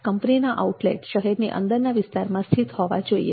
કંપનીના આઉટલેટ શહેરની અંદરના વિસ્તારમાં સ્થિત હોવા જોઈએ